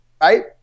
right